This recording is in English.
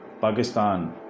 Pakistan